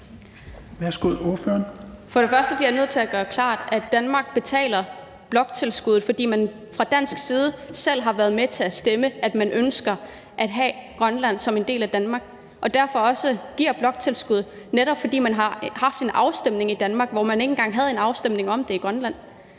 Høegh-Dam (SIU): For det første bliver jeg nødt til at gøre det klart, at Danmark betaler bloktilskuddet, fordi man fra dansk side selv har stemt for, at man ønsker at have Grønland som en del af Danmark. Man giver bloktilskuddet, netop fordi man har haft en afstemning om det i Danmark, hvorimod man ikke engang havde en afstemning om det i Grønland.